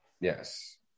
yes